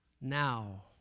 now